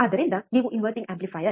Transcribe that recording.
ಆದ್ದರಿಂದ ನೀವು inverting amplifier